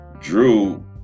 Drew